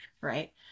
right